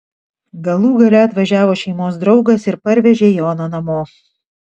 galų gale atvažiavo šeimos draugas ir parvežė joną namo